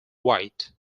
white